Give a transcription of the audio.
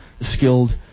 skilled